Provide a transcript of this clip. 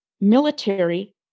military